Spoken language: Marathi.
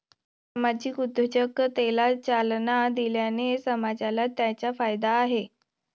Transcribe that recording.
सामाजिक उद्योजकतेला चालना दिल्याने समाजाला त्याचा फायदा आहे